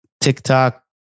TikTok